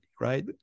right